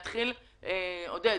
עודד,